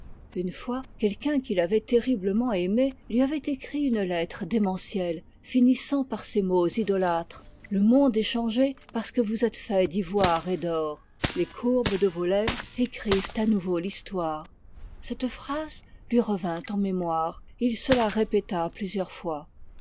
une fois quelqu'un qui l'avait terriblement aimé lui avait écrit une lettre démentielle finissant par ces mots idolâtres le monde est changé parce que vous êtes fait d'ivoire et d'or les courbes de vos lèvres écrivent à nouveau l'histoire cette phrase lui revint en mémoire et il se la répéta plusieurs fois